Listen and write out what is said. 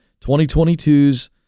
2022's